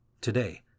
Today